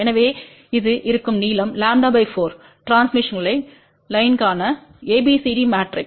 எனவே இது இருக்கும் நீளம் λ 4டிரான்ஸ்மிஷன்க் லைன்க்கான ABCD மேட்ரிக்ஸ்